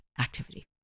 activity